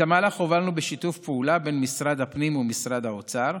את המהלך הובלנו בשיתוף פעולה בין משרד הפנים ומשרד האוצר,